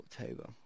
October